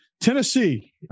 Tennessee